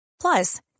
Plus